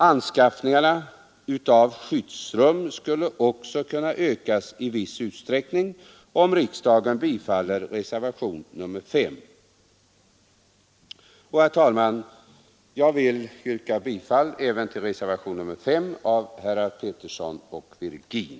Anskaffningarna av skyddsrum skulle också kunna ökas i viss utsträckning, om riksdagen bifaller reservationen 5. Herr talman! Jag yrkar bifall även till reservationen 5 av herrar Petersson i Gäddvik och Virgin.